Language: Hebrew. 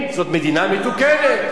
היא מדינה מתוקנת,